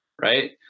right